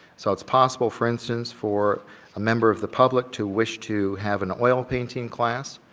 so it's possible for instance for a member of the public to wish to have an oil painting class,